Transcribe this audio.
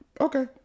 Okay